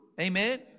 Amen